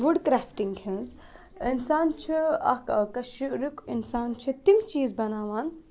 wood crafting ہِنٛز اِنسان چھُ اَکھ کٔشیٖرُک اِنسان چھِ تِم چیٖز بَناوان